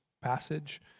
passage